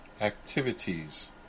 activities